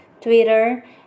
Twitter